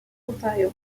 ontario